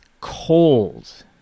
cold